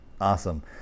Awesome